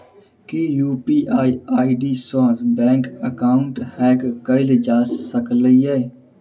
की UPI ID सऽ bank account hack कैल जा सकलिये?